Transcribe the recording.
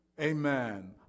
Amen